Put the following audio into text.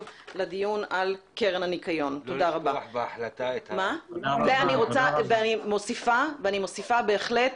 לא לשכוח בהחלטה --- ואני מוסיפה, בהחלט,